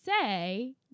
say